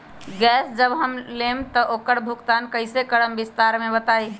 Gas जब हम लोग लेम त उकर भुगतान कइसे करम विस्तार मे बताई?